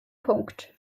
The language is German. punkt